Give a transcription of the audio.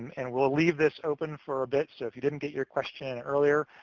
and we'll leave this open for a bit. so if you didn't get your question in earlier,